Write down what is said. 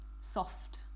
soft